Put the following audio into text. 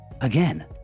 again